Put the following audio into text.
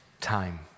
time